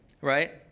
right